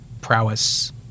prowess